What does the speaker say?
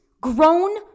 grown